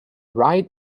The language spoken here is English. ride